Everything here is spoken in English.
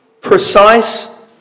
precise